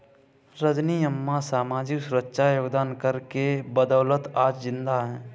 रजनी अम्मा सामाजिक सुरक्षा योगदान कर के बदौलत आज जिंदा है